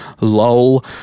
Lol